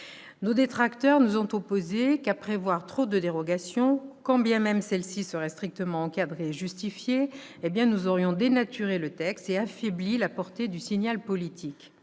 Nos détracteurs nous ont opposé qu'à prévoir trop de dérogations, quand bien même celles-ci seraient strictement encadrées et justifiées, nous aurions dénaturé le texte et affaibli la portée du signal politique.